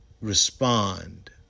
respond